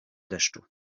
deszczu